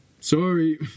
Sorry